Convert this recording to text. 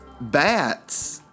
bats